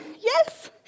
yes